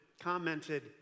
commented